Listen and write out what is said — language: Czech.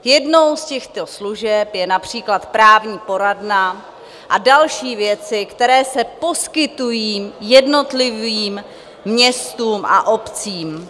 Jednou z těchto služeb je například právní poradna a další věci, které se poskytují jednotlivým městům a obcím.